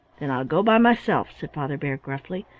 then i'll go by myself, said father bear, gruffly,